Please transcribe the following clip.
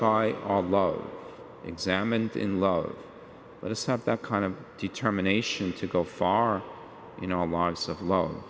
by our love examined in love but it's not that kind of determination to go far you know a lot of love